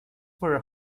were